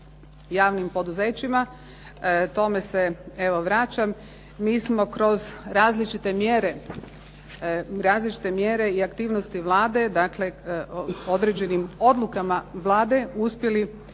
javnim poduzećima. Tome se evo vraćam. Mi smo kroz različite mjere i aktivnosti Vlade, dakle određenim odlukama Vlade uspjeli